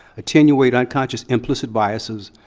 attenuate unconscious implicit biases,